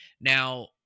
Now